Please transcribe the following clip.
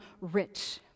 rich